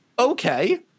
Okay